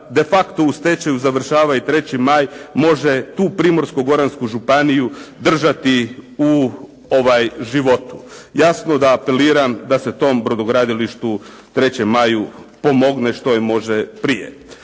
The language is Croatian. de facto u stečaju završava i 3. maj može tu Primorsko-goransku županiju držati u životu. Jasno da apeliram da se tom brodogradilištu 3. maju pomogne što je moguće prije.